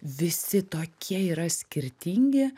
visi tokie yra skirtingi